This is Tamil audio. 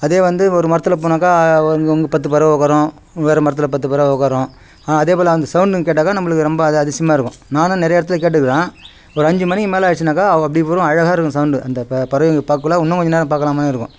அதே வந்து ஒரு மரத்தில் போனாக்கா அங்கே அங்கே பத்து பறவை உட்காரும் வேறு மரத்தில் பத்து பறவை உட்காரும் அதே போல் அந்த சவுண்டு கேட்டாக்கா நம்மளுக்கு ரொம்ப அது அதிசயமா இருக்கும் நானும் நிறைய இடத்துல கேட்டுயிருக்கேன் ஒரு அஞ்சு மணிக்கு மேலே ஆகிடுச்சுனாக்கா அப்படி வரும் அழகாக இருக்கும் சவுண்டு அந்த ப பறவைங்க பார்க்கக்குள்ள இன்னும் கொஞ்ச நேரம் பார்க்கலாம் மாதிரி இருக்கும்